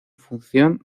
función